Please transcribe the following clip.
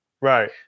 Right